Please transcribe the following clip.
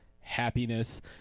happiness